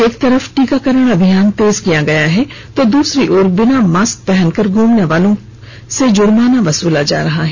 एक तरफ टीकाकरण अभियान तेज किया गया है तो दूसरी ओर बिना मास्क पहनकर घूमने वालों से जुर्माना वसूला जा रहा है